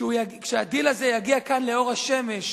כשהדיל הזה יגיע כאן לאור השמש,